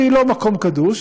והיא לא מקום קדוש,